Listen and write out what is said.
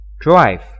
drive